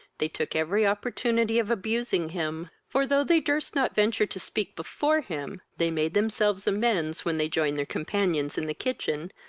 they took every opportunity of abusing him for, though they durst not venture to speak before him, they made themselves amends when they joined their companions in the kitchen,